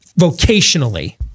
vocationally